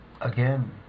Again